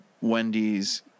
Wendy's